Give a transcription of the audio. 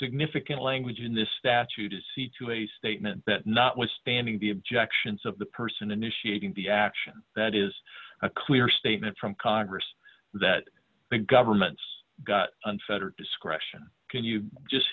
significant language in this statute to see to a statement that notwithstanding the objections of the person initiating the action that is a clear statement from congress that the government's got unfettered discretion can you just